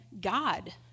God